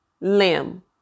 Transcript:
limb